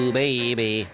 baby